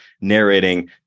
narrating